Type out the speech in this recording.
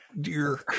dear